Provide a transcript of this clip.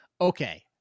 okay